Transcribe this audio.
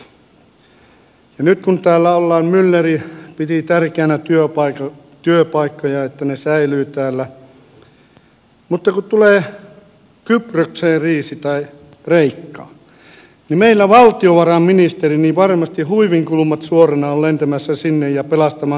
ja nyt kun täällä ollaan myller piti tärkeänä että työpaikat säilyvät täällä mutta kun tulee kyprokseen kriisi tai kreikkaan niin meillä valtiovarainministeri varmasti huivinkulmat suorana on lentämässä sinne pelastamaan sitä